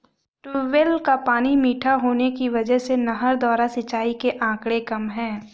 tubewell का पानी मीठा होने की वजह से नहर द्वारा सिंचाई के आंकड़े कम है